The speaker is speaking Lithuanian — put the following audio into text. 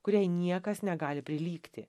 kuriai niekas negali prilygti